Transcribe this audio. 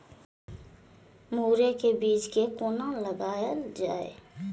मुरे के बीज कै कोना लगायल जाय?